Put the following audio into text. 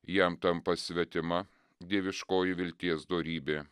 jam tampa svetima dieviškoji vilties dorybė